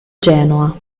genoa